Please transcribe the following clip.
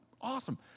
awesome